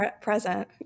present